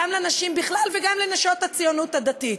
גם לנשים בכלל וגם לנשות הציונות הדתית.